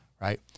right